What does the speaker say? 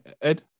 Ed